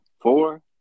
Four